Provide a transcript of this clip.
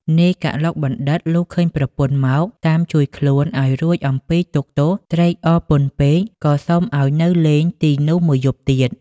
នាយកឡុកបណ្ឌិត លុះឃើញប្រពន្ធមក តាមជួយខ្លួនឲ្យរួចអំពីទុក្ខទោស ត្រេកអរពន់ពេក ក៏សុំឲ្យនៅលេងទីនោះមួយយប់ទៀត ។